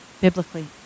biblically